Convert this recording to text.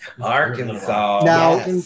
Arkansas